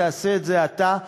תעשה את זה אתה,